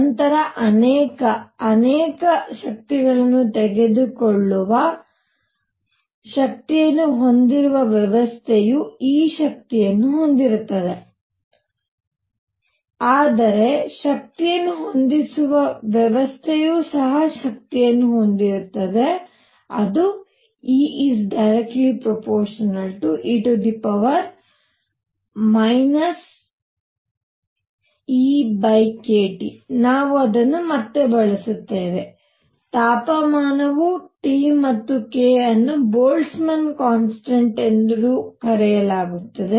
ನಂತರ ಅನೇಕ ಅನೇಕ ಶಕ್ತಿಗಳನ್ನು ತೆಗೆದುಕೊಳ್ಳುವ ಆದರೆ ಶಕ್ತಿಯನ್ನು ಹೊಂದಿರುವ ವ್ಯವಸ್ಥೆಯು E ಶಕ್ತಿಯನ್ನು ಹೊಂದಿರುತ್ತದೆ ಆದರೆ ಶಕ್ತಿಯನ್ನು ಹೊಂದಿರುವ ವ್ಯವಸ್ಥೆಯು ಶಕ್ತಿಯನ್ನು ಹೊಂದಿರುತ್ತದೆ E∝e EkT ನಾವು ಅದನ್ನು ಮತ್ತೆ ಬಳಸುತ್ತೇವೆ ತಾಪಮಾನವು t ಮತ್ತು k ಅನ್ನು ಬೋಲ್ಟ್ಜ್ಮನ್ ಕಾನ್ಸ್ಟಂಟ್ ಎಂದು ಕರೆಯಲಾಗುತ್ತದೆ